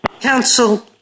Counsel